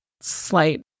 slight